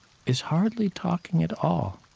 is hardly talking at all.